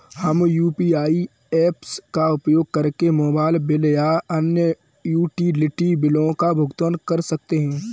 हम UPI apps का उपयोग करके मोबाइल बिल और अन्य यूटिलिटी बिलों का भुगतान कर सकते हैं